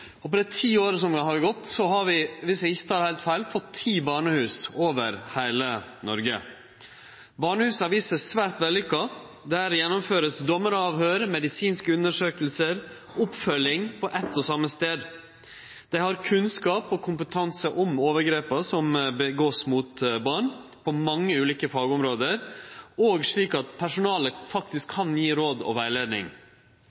Noreg. På dei ti åra som har gått, har vi – dersom eg ikkje tek heilt feil – fått ti barnehus over heile Noreg. Barnehusa har vist seg å vere svært vellukka. Der gjennomfører ein dommaravhøyr, medisinske undersøkingar og oppfølging på éin og same stad. Der har ein kunnskap og kompetanse om overgrepa som vert gjorde mot barn, på mange ulike fagområde, slik at personalet faktisk